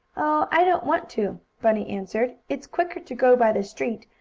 oh, i don't want to, bunny answered. it's quicker to go by the street,